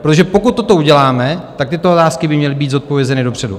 Protože pokud toto uděláme, tyto otázky by měly být zodpovězeny dopředu.